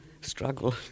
struggle